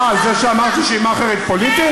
אה, על זה שאמרתי שהיא מאכערית פוליטית?